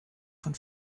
von